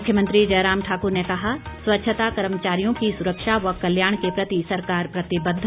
मुख्यमंत्री जयराम ठाकुर ने कहा स्वच्छता कर्मचारियों की सुरक्षा व कल्याण के प्रति सरकार प्रतिबद्ध